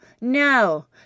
No